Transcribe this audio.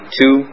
two